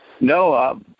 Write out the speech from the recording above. no